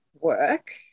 work